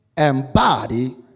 embody